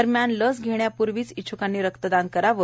दरम्यान लस घेण्यापूर्वीच इच्छ्कांनी रक्तदान करावे